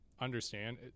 understand